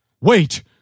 Wait